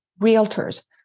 realtors